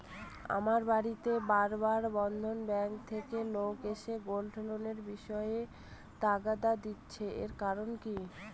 আমার বাড়িতে বার বার বন্ধন ব্যাংক থেকে লোক এসে গোল্ড লোনের বিষয়ে তাগাদা দিচ্ছে এর কারণ কি?